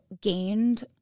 gained